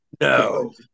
No